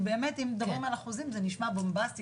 באמת, אם מדברים על אחוזים זה נשמע בומבסטי.